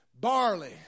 barley